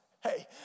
Hey